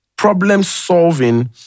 problem-solving